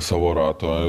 savo rato